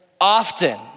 often